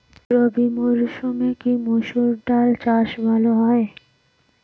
রবি মরসুমে কি মসুর ডাল চাষ ভালো হয়?